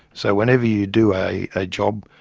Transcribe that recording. so whenever you do a a job,